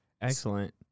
excellent